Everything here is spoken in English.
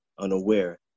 unaware